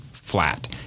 Flat